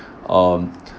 um